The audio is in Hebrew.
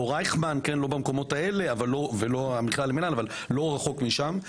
לא רייכמן ולא המכללה למנהל אבל לא רחוק משם,